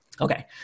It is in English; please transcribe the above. Okay